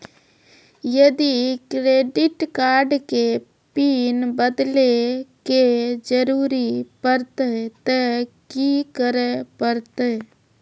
यदि credit card के PIN बदले के जरूरी परतै ते की करे परतै?